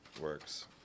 works